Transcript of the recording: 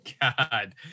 God